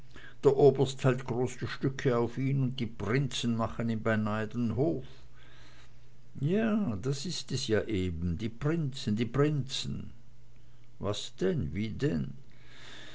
der oberst hält große stücke von ihm und die prinzen machen ihm beinah den hof ja das ist es ja eben die prinzen die prinzen was denn wie denn